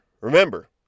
Remember